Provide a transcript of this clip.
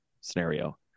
scenario